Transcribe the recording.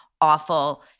awful –